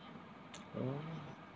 oh